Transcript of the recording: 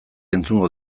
entzungo